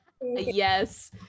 yes